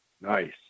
Nice